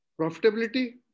Profitability